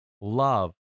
Love